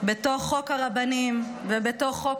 בתוך חוק הרבנים ובתוך חוק